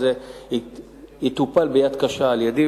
וזה יטופל ביד קשה על-ידי,